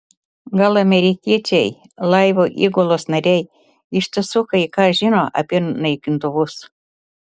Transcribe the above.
gal amerikiečiai laivo įgulos nariai iš tiesų kai ką žino apie naikintuvus